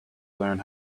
learn